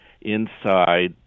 inside